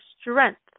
strength